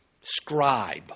scribe